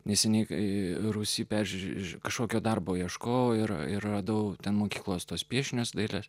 neseniai kai rūsį peš iš kažkokio darbo ieškojo ir radau ten mokyklos tuos piešinius dailės